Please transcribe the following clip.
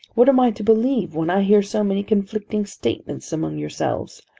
what am i to believe when i hear so many conflicting statements among yourselves?